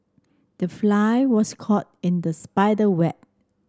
the fly was caught in the spider web